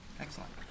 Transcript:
Excellent